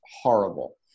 horrible